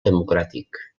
democràtic